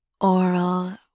oral